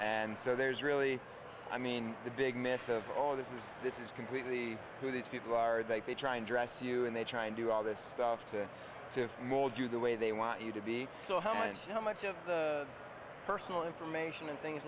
and so there's really i mean the big myth of all this is this is completely who these people are that they try and dress you and they try and do all this stuff to mold you the way they want you to be so how much how much of the personal information and things